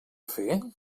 fer